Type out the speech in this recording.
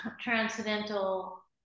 transcendental